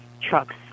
trucks